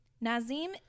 Nazim